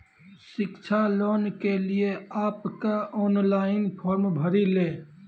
शिक्षा लोन के लिए आप के ऑनलाइन फॉर्म भरी ले?